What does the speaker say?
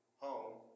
home